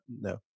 no